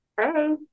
Hey